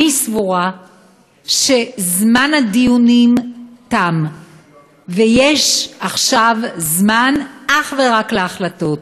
אני סבורה שזמן הדיונים תם ויש עכשיו זמן אך ורק להחלטות.